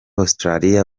australia